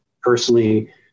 personally